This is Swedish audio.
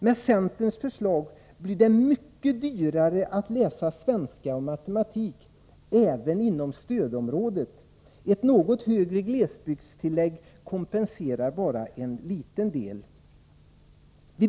Med centerns förslag blir det mycket dyrare att läsa svenska och matematik även inom stödområdet — ett något högre glesbygdstillägg kompenserar bara till viss del.